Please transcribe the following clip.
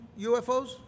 UFOs